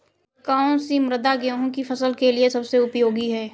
कौन सी मृदा गेहूँ की फसल के लिए सबसे उपयोगी है?